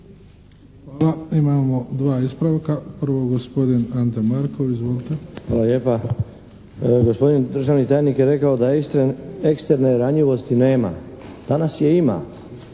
Hvala. Imamo dva ispravka. Prvo gospodin Ante Markov. Izvolite. **Markov, Ante (HSS)** Hvala lijepa. Gospodin državni tajnik je rekao da eksterne ranjivosti nema. Danas je ima.